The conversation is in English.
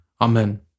Amen